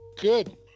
good